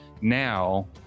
now